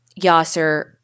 Yasser